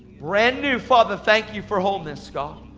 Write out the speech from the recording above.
brand new, father, thank you for wholeness, god.